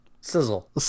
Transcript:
Sizzle